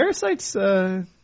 Parasites